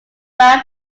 brown